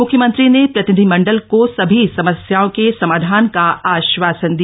मुख्यमंत्री ने प्रतिनिधिमंडल को सभी समस्याओं के समाधान का आश्वासन दिया